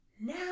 now